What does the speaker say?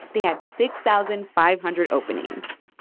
they had six thousand five hundred openings.